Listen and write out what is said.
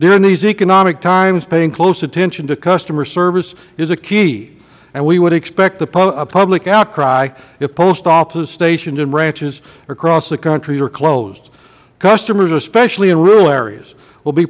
during these economic times paying close attention to customer service is a key and we would expect a public outcry if post office stations and branches across the country are closed customers especially in rural areas will be